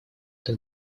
так